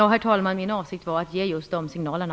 Herr talman! Min avsikt var att ge just de signalerna.